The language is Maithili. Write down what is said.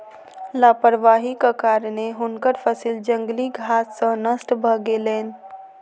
लापरवाहीक कारणेँ हुनकर फसिल जंगली घास सॅ नष्ट भ गेलैन